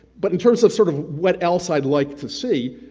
but in terms of sort of what else i'd like to see,